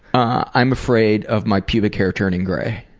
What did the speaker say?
i'm afraid of my pubic hair turning grey.